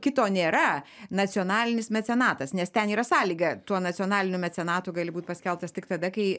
kito nėra nacionalinis mecenatas nes ten yra sąlyga tuo nacionaliniu mecenatu gali būt paskelbtas tik tada kai